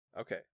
Okay